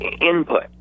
input